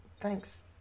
thanks